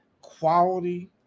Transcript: quality